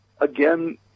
again